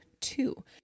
two